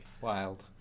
wild